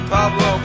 Pablo